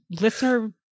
listener